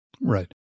Right